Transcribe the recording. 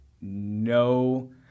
no